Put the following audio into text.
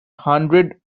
hundred